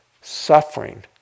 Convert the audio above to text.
Suffering